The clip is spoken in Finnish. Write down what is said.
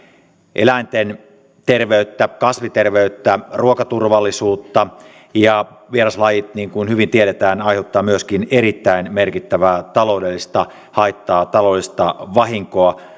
eläinten terveyttä kasviterveyttä ruokaturvallisuutta ja vieraslajit niin kuin hyvin tiedetään aiheuttavat myöskin erittäin merkittävää taloudellista haittaa taloudellista vahinkoa